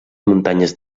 muntanyes